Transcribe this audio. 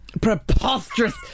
preposterous